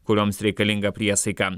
kurioms reikalinga priesaika